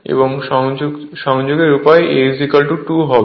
এবং সংযোগের উপায় A 2 হবে